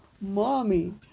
Mommy